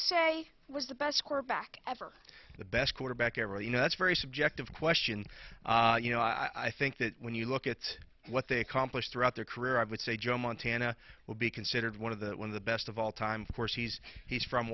say was the best quarterback ever the best quarterback ever you know that's very subjective question you know i think that when you look at what they accomplished throughout their career i would say joe montana will be considered one of the one of the best of all time foresees he's from